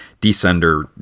Descender